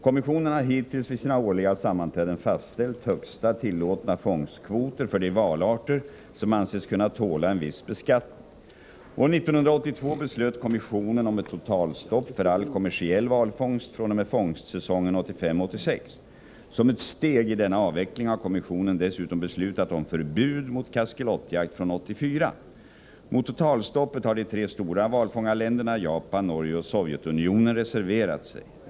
Kommissionen har hittills vid sina årliga sammanträden fastställt högsta tillåtna fångstkvoter för de valarter som anses kunna tåla en viss beskattning. År 1982 beslöt kommissionen om ett totalstopp för all kommersiell valfångst fr.o.m. fångstsäsongen 1985-1986. Som ett steg i denna avveckling har kommissionen dessutom beslutat om förbud mot kaskelotjakt från 1984. Mot totalstoppet har de tre stora valfångarländerna Japan, Norge och Sovjetunionen reserverat sig.